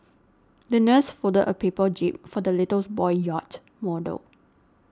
the nurse folded a paper jib for the little boy's yacht model